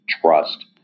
trust